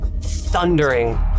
thundering